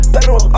Pedal